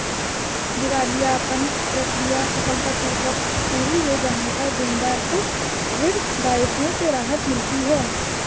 दिवालियापन प्रक्रिया सफलतापूर्वक पूरी हो जाने पर देनदार को ऋण दायित्वों से राहत मिलती है